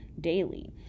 daily